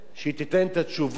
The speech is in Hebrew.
שתיתן את התשובות,